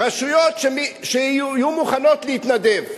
רשויות שיהיו מוכנות להתנדב.